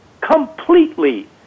completely